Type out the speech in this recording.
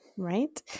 Right